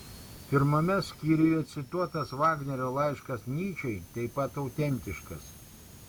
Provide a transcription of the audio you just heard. pirmame skyriuje cituotas vagnerio laiškas nyčei taip pat autentiškas